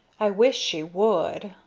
i wish she would!